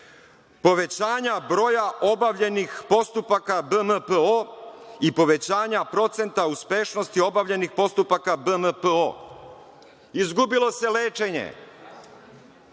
povećanja broja obavljenih postupaka BMPO i povećanja procenta uspešnosti obavljenih postupaka BMPO, izgubilo se lečenje.